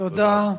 תודה.